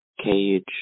Cage